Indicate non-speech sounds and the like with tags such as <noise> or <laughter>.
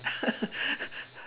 <laughs>